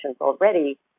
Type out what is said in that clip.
already